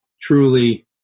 truly